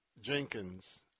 Jenkins